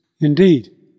Indeed